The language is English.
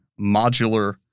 modular